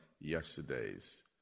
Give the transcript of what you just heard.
yesterday's